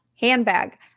handbag